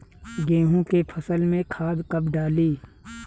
गेहूं के फसल में खाद कब डाली?